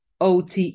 OTE